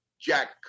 Jack